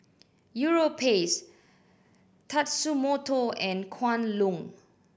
Europace Tatsumoto and Kwan Loong